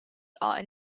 are